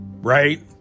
right